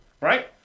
Right